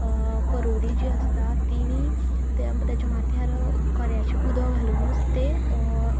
करोवली जी आसता तिणी तेज्या माथ्यार कऱ्याचें उदक घालूनूच तें